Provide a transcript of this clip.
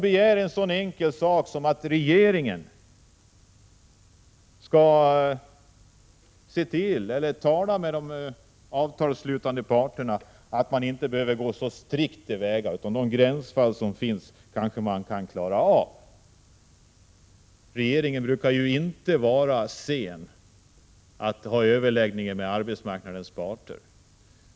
I motionerna begärs ju en så enkel sak som att regeringen skall tala med de avtalsslutande parterna och säga att man inte behöver gå så strikt till väga, utan man bör försöka klara av de gränsfall som finns. Regeringen brukar ju inte vara sen att inleda överläggningar med arbetsmarknadens parter.